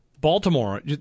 Baltimore